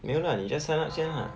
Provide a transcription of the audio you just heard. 没有 lah 你 just sign up 先 lah